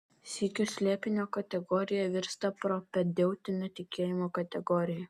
sykiu slėpinio kategorija virsta propedeutine tikėjimo kategorija